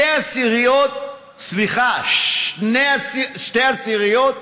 שתי עשיריות?